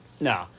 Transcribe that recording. No